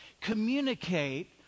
communicate